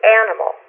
animal